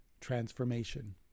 transformation